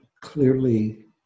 clearly